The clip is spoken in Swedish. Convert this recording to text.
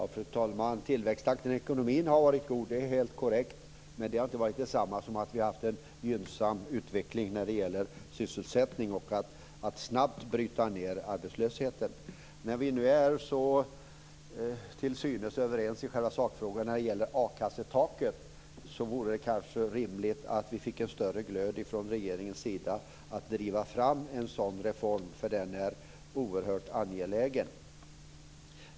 Fru talman! Tillväxttakten i ekonomin har varit god. Det är helt korrekt. Men det är inte detsamma som att vi har haft en gynnsam utveckling när det gäller sysselsättning och att snabbt bryta ned arbetslösheten. När vi nu är så till synes överens i själva sakfrågan när det gäller a-kassetaket vore det kanske rimligt att vi fick en större glöd från regeringens sida i fråga om att driva fram en sådan reform. Den är oerhört angelägen.